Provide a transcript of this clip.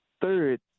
third